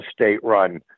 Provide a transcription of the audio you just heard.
state-run